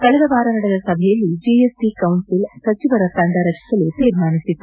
ಕಳೆದ ವಾರ ನಡೆದ ಸಭೆಯಲ್ಲಿ ಜಿಎಸ್ಟಿ ಕೌನ್ಲಿಲ್ ಸಚಿವರ ತಂಡ ಜಿಒಎಮ್ ರಚಿಸಲು ತೀರ್ಮಾನಿಸಿತ್ತು